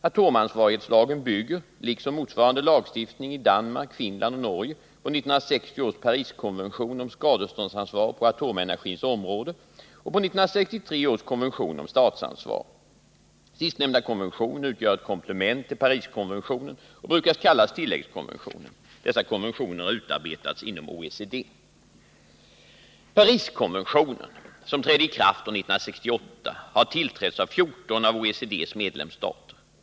Atomansvarighetslagen bygger liksom motsvarande lagstiftning i Danmark, Finland och Norge på 1960 års Pariskonvention om skadeståndsansvar på atomenergins område och på 1963 års komvention om statsansvar. Sistnämnda konvention utgör ett komplement till Pariskonventionen och brukar kallas tilläggskonventionen. Dessa konventioner har utarbetats inom OECD. Pariskonventionen, som trädde i kraft år 1968, har tillträtts av 14 av OECD:s medlemsstater.